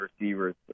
receivers